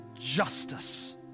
justice